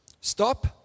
stop